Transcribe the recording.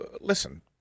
Listen